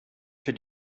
für